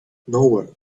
nowhere